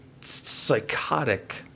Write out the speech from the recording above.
psychotic